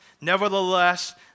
nevertheless